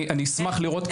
אני אשמח לראות,